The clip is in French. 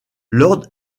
lord